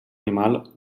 animal